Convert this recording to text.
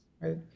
right